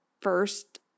first